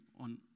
on